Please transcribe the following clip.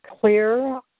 clear